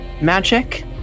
magic